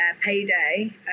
payday